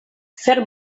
fer